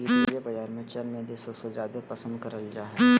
वित्तीय बाजार मे चल निधि सबसे जादे पसन्द करल जा हय